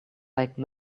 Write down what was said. like